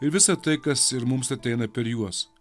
ir visa tai kas ir mums ateina per juos